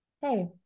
Hey